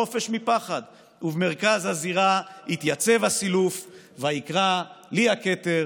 החופש מפחד! // ובמרכז הזירה התייצב הסילוף / ויקרא: לי הכתר!